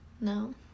No